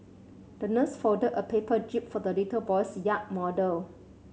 the nurse folded a paper jib for the little boy's yacht model